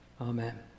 Amen